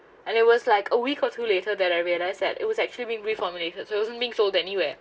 and it was like a week or two later that I realised that it was actually being reformulated so it wasn't being sold anywhere